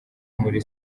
muri